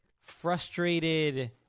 frustrated